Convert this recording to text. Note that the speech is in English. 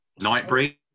Nightbreed